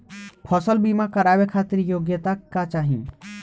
फसल बीमा करावे खातिर योग्यता का चाही?